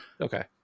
Okay